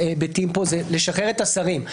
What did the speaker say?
ההיבטים פה זה לשחרר את השרים,